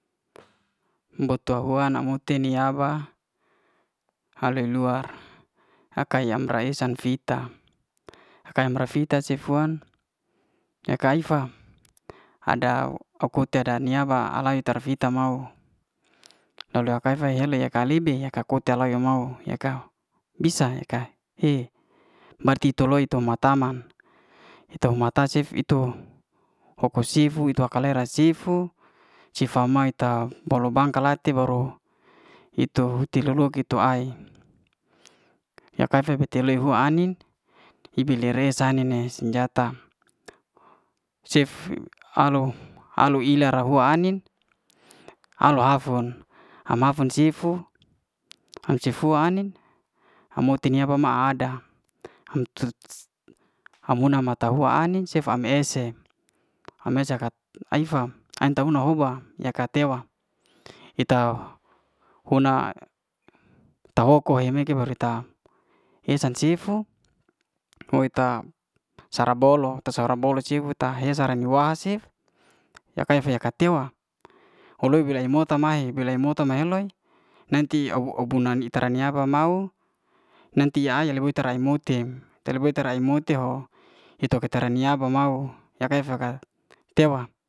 Bou'tohua na mute ni'a ba haleluar hakayam raem yaesam fita, ak'ayam rafita cefuan aka'ifa ada akur tada nia'fa alai tara fit mau to lo kafa hele ya'kalibi, ya ka kota ya'lamau ya ka bisa ya ka he barti to loi toma'taman i to mata cef itu oko sifu itu akal'le racifu cifa mai'ta polo bangka baro itu ti lo lo kito a'i ya kafa fita lehu'ua ai'nin, ibe lere sani ne senjata, cef alo alo ila ra'hua ai'nin alo afun, ama fun cifu an cifua ai'nin amuy ti naba ma ada ha muna ma'tahua ai'nin cef am esye, eme sakat ai'fa an ta'huna hoba ya katewa eta huna, tahoko hai meke baru eta esancifu oi ta sarabolo. ta sarabolo cifu tara hesa rani wasif ya'ka ya fa ka'tewa, holoi boe'to mae boloi mota mahe loi nanti abu- bu ni itaraniafa mau nanti ye'ai lei tre bote rai mote. tre bote rai mote ho ito katara niaba mau ya kaya feka tewa